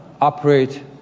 operate